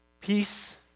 Peace